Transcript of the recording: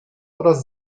oraz